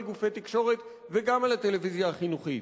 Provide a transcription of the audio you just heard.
גופי תקשורת וגם על הטלוויזיה החינוכית.